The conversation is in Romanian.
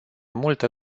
multă